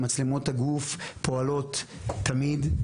מצלמות הגוף פועלות תמיד,